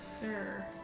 Sir